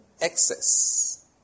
Excess